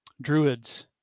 druids